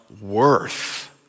worth